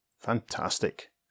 Fantastic